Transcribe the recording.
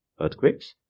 earthquakes